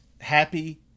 Happy